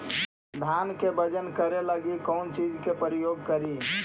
धान के बजन करे लगी कौन चिज के प्रयोग करि?